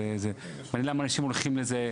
למה אנשים הולכים לזה,